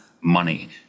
money